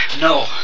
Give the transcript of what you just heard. No